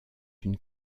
une